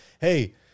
hey